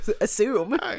assume